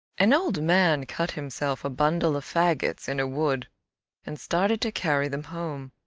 an old man cut himself a bundle of faggots in a wood and started to carry them home.